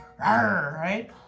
right